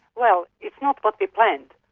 well it's not what we planned,